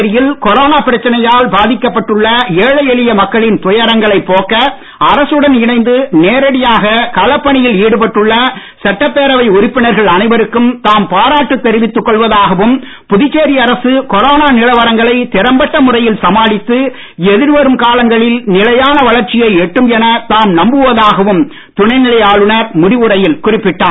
புதுச்சேரியில் கொரோனா பிரச்சனையால் பாதிக்கப்பட்டுள்ள ஏழை எளிய மக்களின் துயரங்களை போக்க அரசுடன் இணைந்து நேரடியாக களப்பணியில் ஈடுப்பட்டுள்ள சட்டப்பேரவை உறுப்பினர்கள் அனைவருக்கும் தாம் பாராட்டு தெரிவித்துக் கொள்வதாகவும் புதுச்சேரி அரசு கொரோனா நிலவரங்களை திறம்பட்ட முறையில் சமாளித்து எதிர்வரும் காலங்களில் நிலையான வளர்ச்சியை எட்டும் என தாம் நம்புவதாகவும் துணைநிலை ஆளுநர் முடிவுரையில் குறிப்பிட்டார்